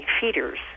feeder's